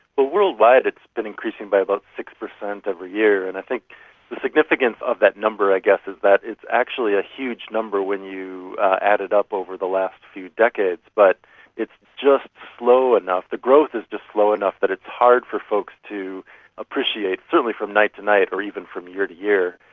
ah worldwide it's been increasing by about six percent every year, and i think the significance of that number i guess is that it's actually a huge number when you add it up over the last few decades. but it's just slow enough, the growth is just slow enough that it's hard for folks to appreciate, certainly from night to night or even from year to year.